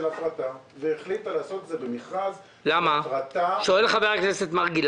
זה בהחלט בית ספר מוביל